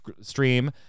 stream